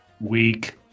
Weak